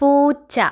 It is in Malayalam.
പൂച്ച